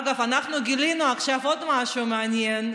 אגב, אנחנו גילינו עכשיו עוד משהו מעניין.